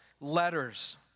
letters